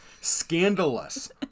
scandalous